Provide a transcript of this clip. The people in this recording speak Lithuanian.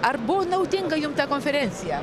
ar buvo naudinga jum tą konferencija